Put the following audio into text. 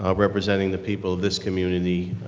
ah representing the people of this community,